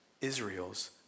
Israel's